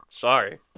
Sorry